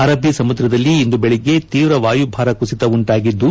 ಅರಬ್ಬೀ ಸಮುದ್ರದಲ್ಲಿ ಇಂದು ಬೆಳಗ್ಗೆ ತೀವ್ರ ವಾಯುಭಾರ ಕುಸಿತ ಉಂಟಾಗಿದ್ದು